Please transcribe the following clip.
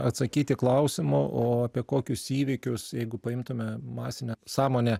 atsakyti klausimu o apie kokius įvykius jeigu paimtume masinę sąmonę